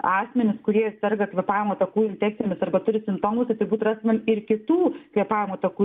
asmenis kurie serga kvėpavimo takų infekcijomis arba turi simptomų tai turbūt rastumėm ir kitų kvėpavimo takų